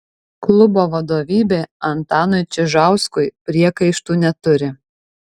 klubo vadovybė antanui čižauskui priekaištų neturi